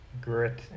grit